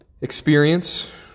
experience